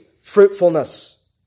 fruitfulness